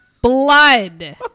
Blood